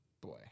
Boy